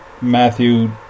Matthew